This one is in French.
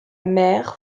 mer